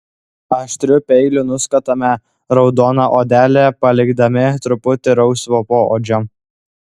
aštriu peiliu nuskutame raudoną odelę palikdami truputį rausvo poodžio